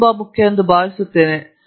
ಇದು ತುಂಬಾ ಮುಖ್ಯ ಎಂದು ನಾನು ಭಾವಿಸುತ್ತೇನೆ